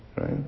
right